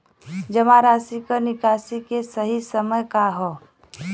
जमा राशि क निकासी के सही समय का ह?